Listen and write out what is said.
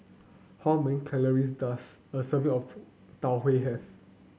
how many calories does a serving of Tau Huay have